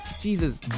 Jesus